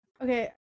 Okay